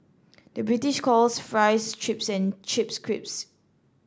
the British calls fries chips and chips crisps